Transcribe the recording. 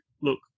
look